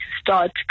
start